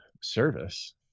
service